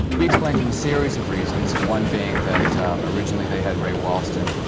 we explained to him a series of reasons, one being that originally they had ray walston,